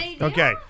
Okay